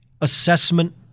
assessment